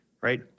right